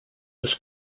was